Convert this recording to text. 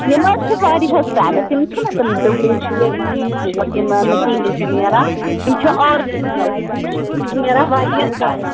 یِم حظ چھِ واریاہس ٹایمَس یِم چھِنہٕ تِم ڈُبلکیٹ کیٚنٛہہ پوش یِمن نہٕ کِہیٖنۍ چھُ نیران یِم چھِ آرجِنل پوش یِمن چھُ نیران واریاہ ٹایم